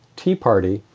tea party.